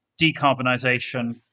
decarbonisation